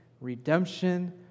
redemption